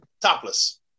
Topless